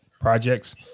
projects